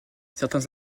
certains